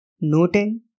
noting